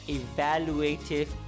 evaluative